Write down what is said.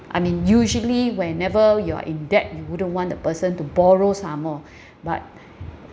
I mean usually whenever you're in debt you wouldn't want the person to borrow some more but